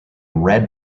red